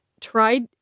Tried